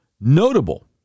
Notable